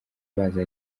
baza